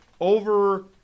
over